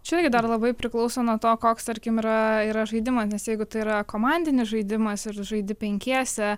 čia irgi dar labai priklauso nuo to koks tarkim yra yra žaidimas nes jeigu tai yra komandinis žaidimas ir žaidi penkiese